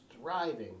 thriving